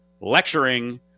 lecturing